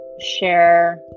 share